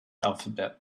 alphabet